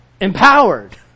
empowered